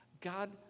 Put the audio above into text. God